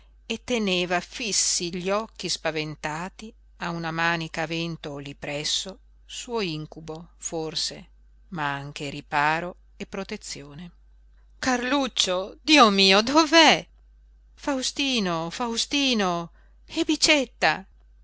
e teneva fissi gli occhi spaventati a una manica a vento lí presso suo incubo forse ma anche riparo e protezione carluccio dio mio dov'è faustino faustino e bicetta